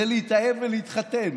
להתאהב ולהתחתן.